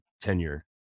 tenure